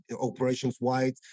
operations-wide